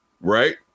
Right